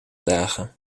dagen